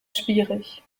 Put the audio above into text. schwierig